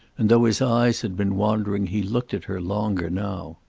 and though his eyes had been wandering he looked at her longer now.